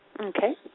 Okay